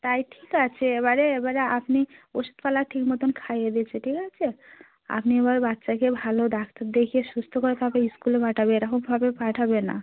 তাই ঠিক আছে এবারে এবারে আপনি ওষুধ পালা ঠিক মতন খাইয়ে দিয়েছি ঠিক আছে আপনি এবার বাচ্চাকে ভালো ডাক্তার দেখিয়ে সুস্থ করে তাকে স্কুলে পাঠাবে এরকমভাবে পাঠাবে না